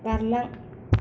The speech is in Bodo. बारलां